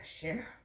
share